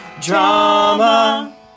Drama